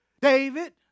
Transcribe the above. David